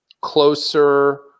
closer